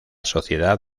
sociedad